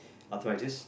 arthritis